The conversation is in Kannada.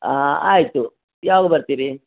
ಹಾಂ ಆಯಿತು ಯಾವಾಗ ಬರ್ತಿರಿ